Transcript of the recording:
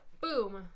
Boom